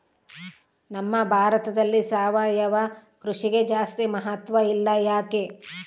ನಮ್ಮ ಭಾರತದಲ್ಲಿ ಸಾವಯವ ಕೃಷಿಗೆ ಜಾಸ್ತಿ ಮಹತ್ವ ಇಲ್ಲ ಯಾಕೆ?